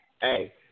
Hey